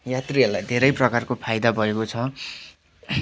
यात्रीहरूलाई धेरै प्रकारको फाइदा भएको छ